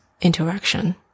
interaction